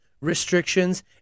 restrictions